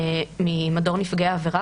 ממדור נפגעי עבירה?